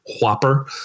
whopper